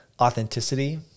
authenticity